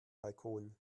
balkon